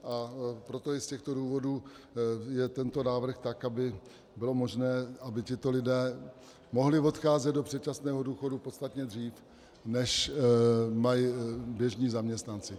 A proto, i z těchto důvodů je tento návrh tak, aby bylo možné, aby tito lidé mohli odcházet do předčasného důchodu podstatně dřív, než mají běžní zaměstnanci.